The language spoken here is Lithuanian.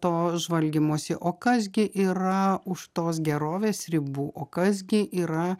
to žvalgymosi o kas gi yra už tos gerovės ribų o kas gi yra